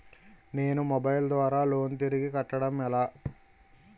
నేను మొబైల్ ద్వారా లోన్ తిరిగి కట్టడం ఎలా?